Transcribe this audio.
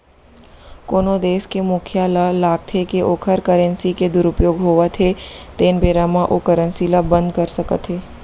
कोनो देस के मुखिया ल लागथे के ओखर करेंसी के दुरूपयोग होवत हे तेन बेरा म ओ करेंसी ल बंद कर सकत हे